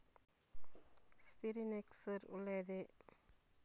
Sprinkler ಒಳ್ಳೇದೇ?